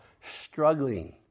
struggling